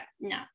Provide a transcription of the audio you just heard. no